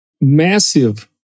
massive